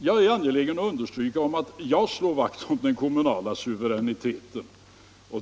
Jag år angelägen att understryka att jag slår vakt om den kommunala suveräniteten.